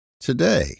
today